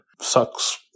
sucks